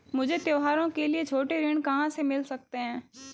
मुझे त्योहारों के लिए छोटे ऋृण कहां से मिल सकते हैं?